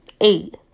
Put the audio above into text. eight